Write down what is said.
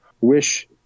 wish